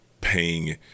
paying